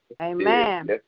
Amen